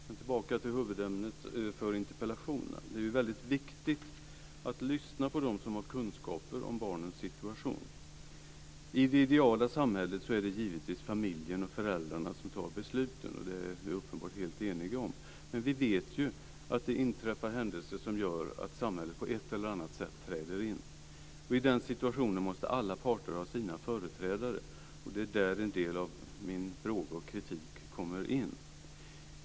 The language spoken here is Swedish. Men tillbaka till huvudämnet för interpellationerna. Det är väldigt viktigt att lyssna på dem som har kunskaper om barnens situation. I det ideala samhället är det givetvis familjen och föräldrarna som fattar besluten, och det är vi uppenbart helt eniga om. Men vi vet ju att det inträffar händelser som gör att samhället på ett eller annat sätt träder in. I den situationen måste alla parter ha sina företrädare, och det är där en del av min fråga och kritik kommer in.